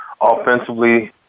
Offensively